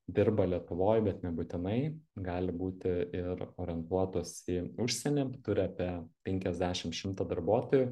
dirba lietuvoj bet nebūtinai gali būti ir orientuotos į užsienį turi apie penkiasdešim šimtą darbuotojų